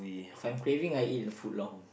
if I'm craving I eat foot long